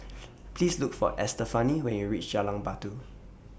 Please Look For Estefany when YOU REACH Jalan Batu